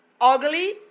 ugly